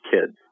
kids